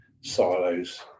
silos